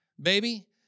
Baby